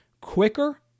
quicker